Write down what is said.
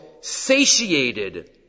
satiated